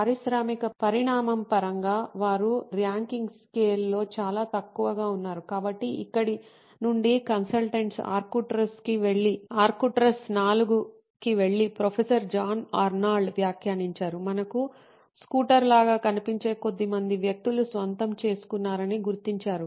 పారిశ్రామిక పరిణామం పరంగా వారు ర్యాంకింగ్ స్కేల్లో చాలా తక్కువగా ఉన్నారు కాబట్టి ఇక్కడ నుండి కన్సల్టెంట్స్ ఆర్క్టురస్ IV కి వెళ్లి ప్రొఫెసర్ జాన్ ఆర్నాల్డ్ వ్యాఖ్యానించారు మనకు స్కూటర్ లాగా కనిపించే కొద్ది మంది వ్యక్తులు స్వంతం చేసుకున్నారని గుర్తించారు